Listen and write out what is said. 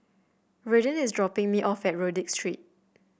Redden is dropping me off at Rodyk Street